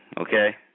okay